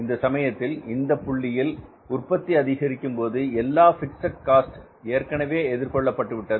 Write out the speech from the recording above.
இந்த சமயத்தில் இந்தப் புள்ளியில் உற்பத்தி அதிகரிக்கும் போது எல்லா பிக்ஸட் காஸ்ட் ஏற்கனவே எதிர்கொள்ள பட்டுவிட்டது